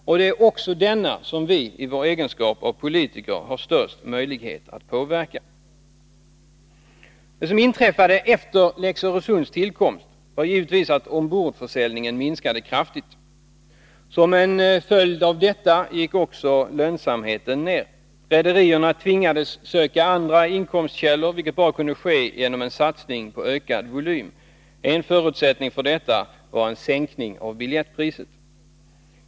Och det är också denna som vi, i vår egenskap av politiker, har störst möjlighet att påverka. Det som inträffade efter lex Öresunds tillkomst var givetvis att ombordförsäljningen minskade kraftigt. Som en följd av detta gick också lönsamheten ner. Rederierna tvingades söka andra inkomstkällor, vilket bara kunde ske genom en satsning på ökad volym. En förutsättning för detta var en sänkning av biljettpriset.